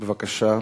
בבקשה,